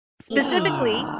Specifically